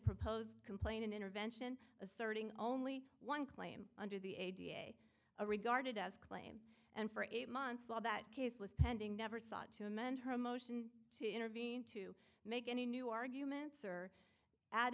proposed complainant intervention asserting only one claim under the a da a regarded as claim and for eight months while that case was pending never sought to amend her motion to intervene to make any new arguments or add